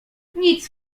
nic